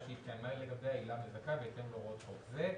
שהתקיימה לגביה עילה מזכה בהתאם להוראות חוק זה.